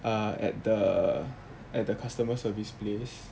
err at the at the customer service place